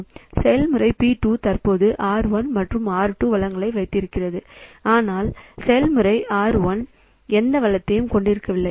செயல்முறை P2 தற்போது R1 மற்றும் R2 வளங்களை வைத்திருக்கிறது ஆனால் செயல்முறை R1 எந்த வளத்தையும் கொண்டிருக்கவில்லை